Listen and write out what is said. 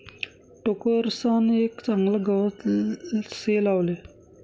टोकरसान एक चागलं गवत से लावले